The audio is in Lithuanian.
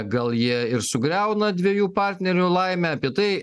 gal jie ir sugriauna dviejų partnerių laimę apie tai